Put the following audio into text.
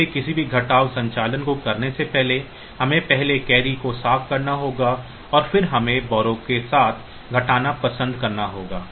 इसलिए किसी भी घटाव संचालन को करने से पहले हमें पहले कैरी को साफ़ करना होगा और फिर हमें बारौ के साथ घटाना पसंद करना होगा